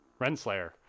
Renslayer